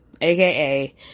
aka